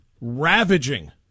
ravaging